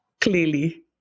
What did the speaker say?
Clearly